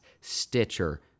Stitcher